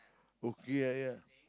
coookie ah yeah